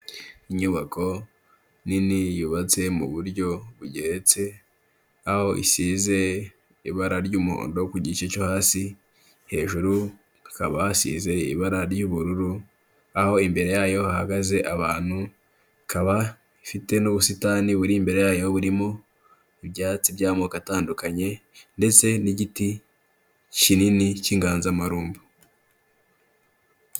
Inyubako nini yubatse mu buryo bugeretse, aho isize ibara ry'umuhondo ku gice cyo hasi, hejuru hakaba hasize ibara ry'ubururu, aho imbere yayo hahagaze abantu, ikaba ifite n'ubusitani buri imbere yayo burimo ibyatsi by'amoko atandukanye ndetse n'igiti kinini cy'inganzamarumbo.